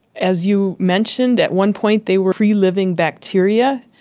as you mentioned, at one point they were free living bacteria,